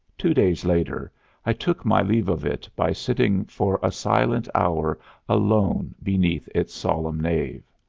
two days later i took my leave of it by sitting for a silent hour alone beneath its solemn nave.